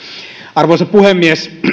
arvoisa puhemies